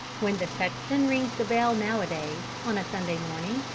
when the sexton rings the bell nowadays, on a sunday morning,